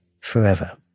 forever